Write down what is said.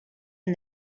and